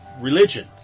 religion